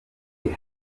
gute